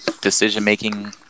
decision-making